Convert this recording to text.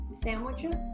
Sandwiches